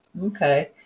Okay